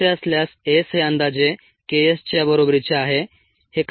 तसे असल्यास S हे अंदाजे K s च्या बरोबरीचे आहे